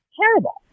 terrible